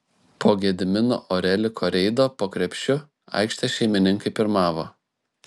po gedimino oreliko reido po krepšiu aikštės šeimininkai pirmavo